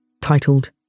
titled